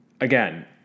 again